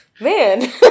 Man